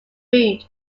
root